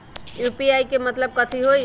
UPI के मतलब कथी होई?